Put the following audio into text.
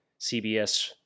CBS